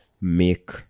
make